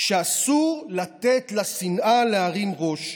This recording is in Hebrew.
שאסור לתת לשנאה להרים ראש.